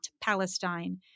Palestine